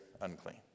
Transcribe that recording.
unclean